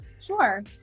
Sure